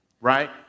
right